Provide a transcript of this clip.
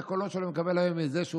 את הקולות שלו מקבל היום מזה,